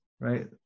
right